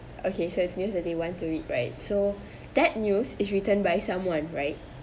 okay so it's news that they want to read right so that news is written by someone right